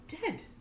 dead